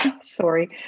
Sorry